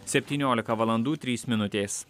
septyniolika valandų trys minutės